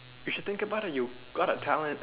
you should think about it you got the talent